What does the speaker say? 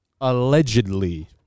allegedly